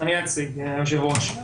אני אציג, היושב ראש.